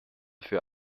für